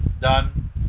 done